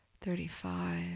thirty-five